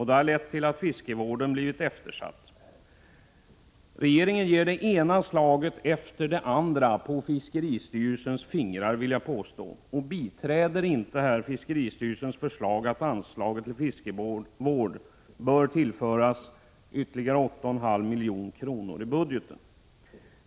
Det har lett till att fiskevården blivit eftersatt. Regeringen ger det ena slaget efter det andra på fiskeristyrelsens fingrar, vill jag påstå, och biträder inte fiskeristyrelsens förslag att anslaget till fiskevård bör tillföras 8,5 milj.kr. i budget.